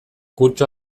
kurtso